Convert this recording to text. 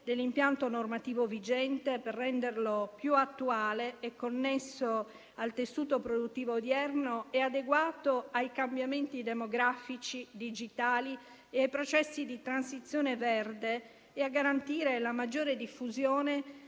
dell'impianto normativo vigente per renderlo più attuale, connesso al tessuto produttivo odierno e adeguato ai cambiamenti demografici e digitali e ai processi di transizione verde e a garantire la maggiore diffusione